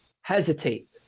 hesitate